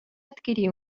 adquirir